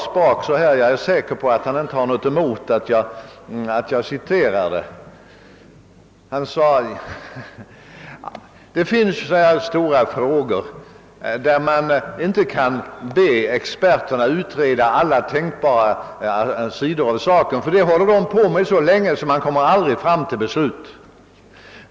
Spaak sade då — jag är säker på att han inte har något emot att jag nämner det: Det finns stora frågor där man inte kan be experterna utreda alla tänkbara sidor av saken, ty de håller på med detta så länge att man aldrig kommer fram till beslut.